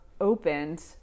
opened